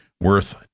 worth